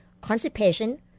Constipation